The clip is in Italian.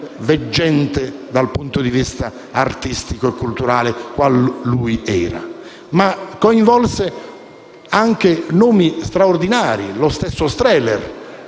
veggente dal punto di vista artistico e culturale, qual era lui, ma coinvolse anche nomi straordinari. Lo stesso Strehler